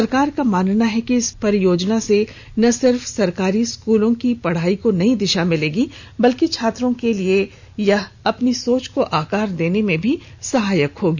सरकार का मानना है कि इस परियोजना से न सिर्फ सरकारी स्कूलों की पढ़ाई को नई दिशा मिलेगी बल्कि छात्रों के लिए यह अपनी सोच को आकार देने में भी सहायक होगी